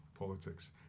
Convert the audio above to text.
politics